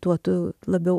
tuo tu labiau